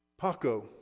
Paco